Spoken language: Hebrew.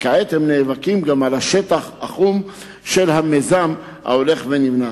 וכעת הם נאבקים גם על השטח החום של המיזם הנבנה.